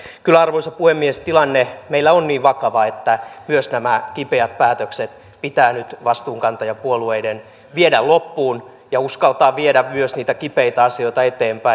kyllä arvoisa puhemies tilanne meillä on niin vakava että myös nämä kipeät päätökset pitää nyt vastuunkantajapuolueiden viedä loppuun ja uskaltaa viedä myös niitä kipeitä asioita eteenpäin